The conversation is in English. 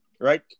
right